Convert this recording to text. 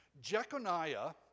Jeconiah